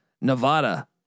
Nevada